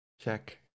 Check